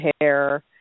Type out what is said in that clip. hair